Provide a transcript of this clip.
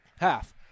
half